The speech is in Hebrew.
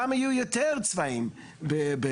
פעם היו יותר צבאים בלבנון,